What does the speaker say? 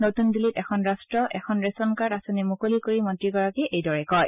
নতুন দিল্লীত এখন ৰাট্ট এখন ৰেছন কাৰ্ড আঁচনি মুকলি কৰি মন্ত্ৰীগৰাকীয়ে এইদৰে কয়